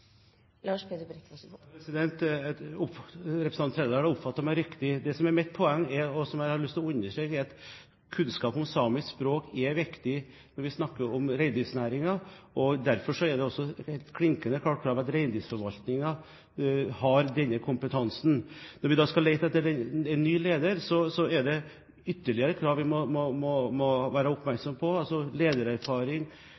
Representanten Trældal har oppfattet meg riktig. Det som er mitt poeng, og som jeg har lyst til å understreke, er at kunnskap om samisk språk er viktig når vi snakker om reindriftsnæringen. Derfor er det også et klinkende klart krav at reindriftsforvaltningen har denne kompetansen. Når vi skal lete etter en ny leder, er det ytterligere krav vi må